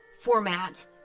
format